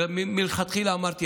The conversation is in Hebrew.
ומלכתחילה אמרתי,